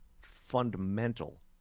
fundamental